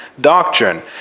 doctrine